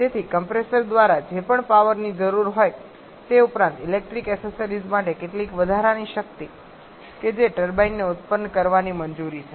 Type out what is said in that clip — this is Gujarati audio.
તેથી કમ્પ્રેસર દ્વારા જે પણ પાવરની જરૂર હોય તે ઉપરાંત ઇલેક્ટ્રિકલ એસેસરીઝ માટે કેટલીક વધારાની શક્તિ કે જે ટર્બાઇનને ઉત્પન્ન કરવાની મંજૂરી છે